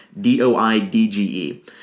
D-O-I-D-G-E